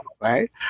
right